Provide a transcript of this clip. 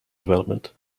development